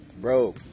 bro